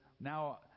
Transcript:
now